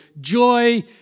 joy